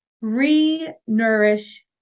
re-nourish